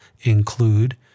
include